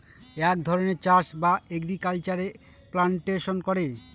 এক ধরনের চাষ বা এগ্রিকালচারে প্লান্টেশন করে